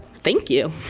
thank you!